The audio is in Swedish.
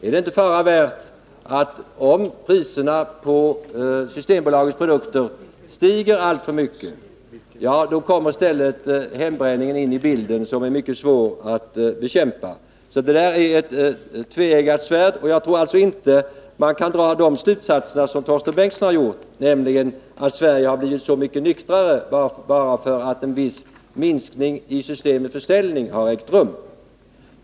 Är det inte fara värt att om priserna på Systembolagets produkter stiger alltför mycket, så kommer i stället hembränningen in i bilden, och den är mycket svår att bekämpa. Priserna är alltså ett tveeggat svärd, och jag tror inte att man kan dra de slutsatser som Torsten Bengtson gjort, nämligen att Sverige blivit så mycket nyktrare bara därför att en viss minskning av Systembolagets försäljning ägt rum.